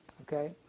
Okay